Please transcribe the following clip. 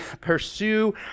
pursue